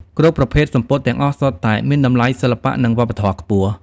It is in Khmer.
គ្រប់ប្រភេទសំពត់ទាំងអស់សុទ្ធតែមានតម្លៃសិល្បៈនិងវប្បធម៌ខ្ពស់។